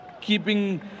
keeping